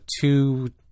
two